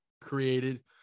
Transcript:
created